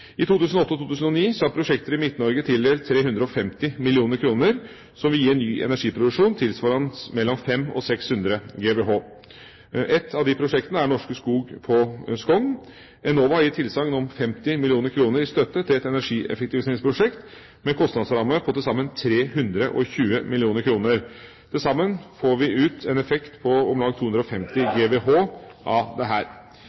I 2008 og 2009 er prosjekter i Midt-Norge tildelt 350 mill. kr, som vil gi ny energiproduksjon tilvarende mellom 500 og 600 GWh. Et av de prosjektene er Norske Skog på Skogn. Enova har gitt tilsagn om 50 mill. kr i støtte til et energieffektiviseringsprosjekt med en kostnadsramme på til sammen 320 mill. kr. Til sammen får vi ut en effekt på om lag 250